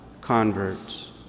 converts